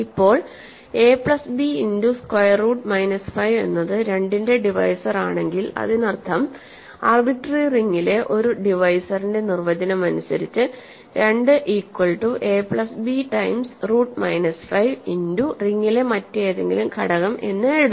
ഇപ്പോൾ A plus B into square root minus 5 എന്നത് 2 ന്റെ ഡിവൈസർ ആണെങ്കിൽ അതിനർത്ഥം ആർബിട്രറി റിങ്ങിലെ ഒരു ഡിവൈസറിന്റെ നിർവചനം അനുസരിച്ചു 2 equal to A plus B times root minus 5 into റിംഗിലെ മറ്റേതെങ്കിലും ഘടകം എന്ന് എഴുതാം